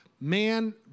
man